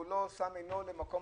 הוא רואה בה את התפקיד העיקרי, לכאן